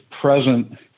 present